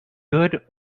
good